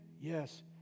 yes